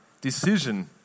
decision